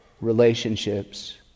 relationships